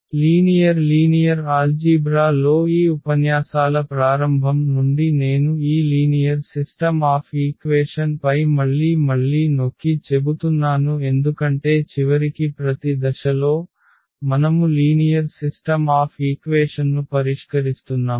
linear linear algebra లో ఈ ఉపన్యాసాల ప్రారంభం నుండి నేను ఈ లీనియర్ సిస్టమ్ ఆఫ్ ఈక్వేషన్ పై మళ్లీ మళ్లీ నొక్కి చెబుతున్నాను ఎందుకంటే చివరికి ప్రతి దశలో మనము లీనియర్ సిస్టమ్ ఆఫ్ ఈక్వేషన్ను పరిష్కరిస్తున్నాము